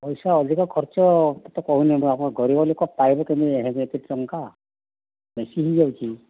ପଇସା ଅଧିକା ଖର୍ଚ୍ଚ କେତେ କହୁନାହାନ୍ତି ଆପଣ ଗରିବ ଲୋକ ପାଇବି କେମତି ଏତେ ଟଙ୍କା ବେଶୀ ହୋଇଯାଉଛି